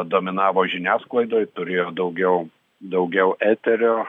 dominavo žiniasklaidoj turėjo daugiau daugiau eterio